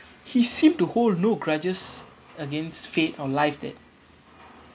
he seemed to hold no grudges against fate or live that